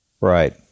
Right